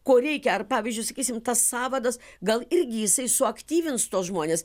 ko reikia ar pavyzdžiui sakysim tas sąvadas gal irgi jisai suaktyvins tuos žmones